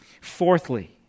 Fourthly